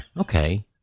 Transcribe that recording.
okay